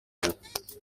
yanjye